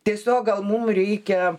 tiesiog gal mum reikia